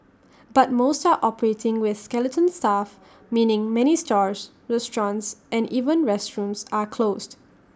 but most are operating with skeleton staff meaning many stores restaurants and even restrooms are closed